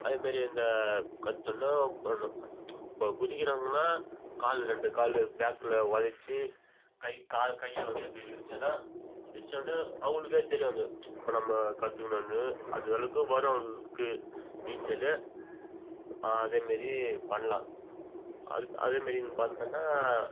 அதேமாரி இந்த கற்றுன்னுதான் பண்ணணும் இப்போ குதிக்கிறாங்கன்னா கால் ரெண்டு கால் பேக்கில் உதச்சி கை கால் கை வந்து இப்படி விரித்தோன்னா விரித்த உடனே அவங்களுக்கே தெரியும் அது இப்போ நம்ம கற்றுக்கணுன்னு அது வரைக்கும் வரும் அவங்களுக்கு நீச்சல் அதே மாரி பண்ணலாம் அது அதே மாரி பார்த்தோன்னா